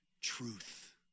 truth